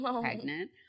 pregnant